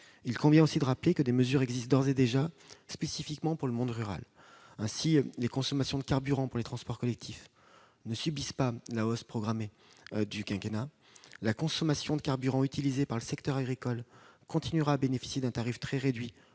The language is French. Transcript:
Il convient aussi de rappeler que des mesures spécifiques existent d'ores et déjà en faveur du monde rural. Ainsi, les consommations de carburant pour les transports collectifs ne subissent pas la hausse programmée sur le quinquennat. La consommation de carburant par le secteur agricole continuera à bénéficier d'un tarif très réduit,